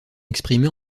exprimé